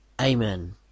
Amen